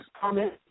comment